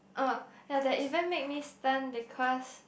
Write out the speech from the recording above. oh ya that event make me stun because